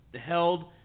held